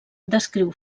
descriu